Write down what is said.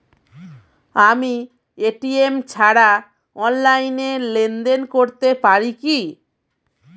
আমি এ.টি.এম ছাড়া অনলাইনে লেনদেন করতে পারি কি?